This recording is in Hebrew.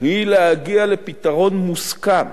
היא להגיע לפתרון מוסכם